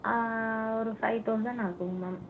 ஒரு five thousand அனுப்புங்க ma'am